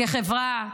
כחברה,